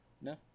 No